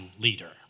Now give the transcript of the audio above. leader